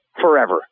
forever